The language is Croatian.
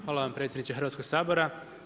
Hvala vam predsjedniče Hrvatskog sabora.